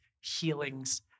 healings